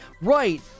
Right